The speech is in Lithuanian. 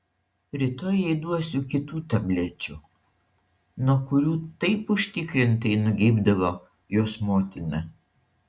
rytoj jai duosiu kitų tablečių nuo kurių taip užtikrintai nugeibdavo jos motina